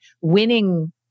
winning